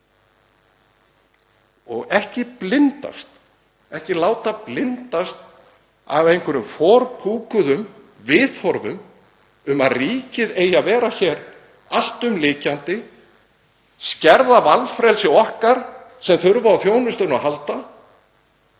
og við látum ekki blindast af einhverjum forpokuðum viðhorfum um að ríkið eigi að vera hér alltumlykjandi, skerða valfrelsi okkar sem þurfum á þjónustunni að halda